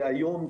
והיום,